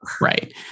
right